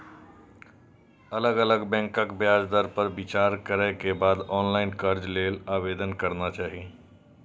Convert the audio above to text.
अलग अलग बैंकक ब्याज दर पर विचार करै के बाद ऑनलाइन कर्ज लेल आवेदन करना चाही